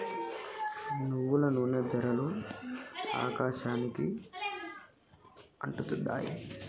నువ్వుల నూనె ధరలు ఆకాశానికి అంటుతున్నాయి